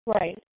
Right